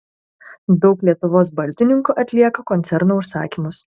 daug lietuvos baldininkų atlieka koncerno užsakymus